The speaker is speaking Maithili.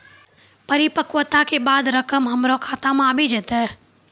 परिपक्वता के बाद रकम हमरा खाता मे आबी जेतै?